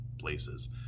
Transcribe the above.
places